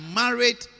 married